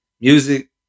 music